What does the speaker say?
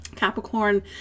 Capricorn